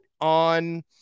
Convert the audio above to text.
on